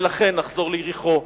ולכן נחזור ליריחו,